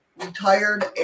retired